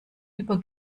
über